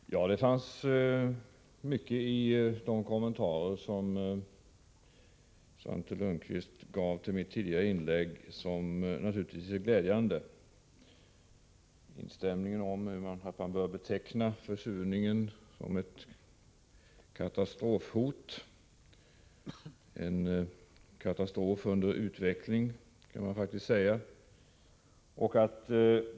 Herr talman! Det fanns många glädjande synpunkter i de kommentarer som Svante Lundkvist gav på mitt tidigare inlägg, exempelvis instämmandet i att man bör beteckna försurningen som ett katastrofhot, en katastrof under utveckling.